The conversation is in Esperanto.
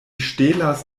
ŝtelas